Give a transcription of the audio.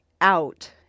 out